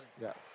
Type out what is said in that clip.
Yes